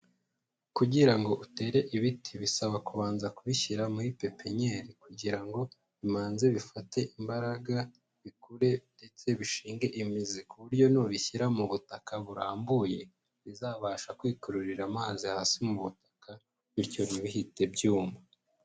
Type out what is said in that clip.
Kugira ngo utere ibiti bisaba kubanza kubishyira muri pepinyeri kugira ngo bimanze bifate imbaraga, bikure ndetse bishinge imizi ku buryo n'ubishyira mu butaka burambuye bizabasha kwikururira amazi hasi mu butaka, bityo ntibihite byuma.